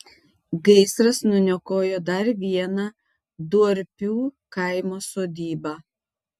gaisras nuniokojo dar vieną duorpių kaimo sodybą